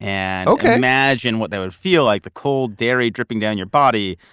and imagine what they would feel like, the cold dairy dripping down your body.